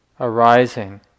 arising